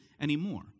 anymore